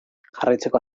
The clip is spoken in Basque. jarraitzeko